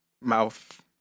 mouth